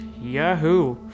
yahoo